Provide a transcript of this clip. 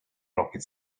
rocket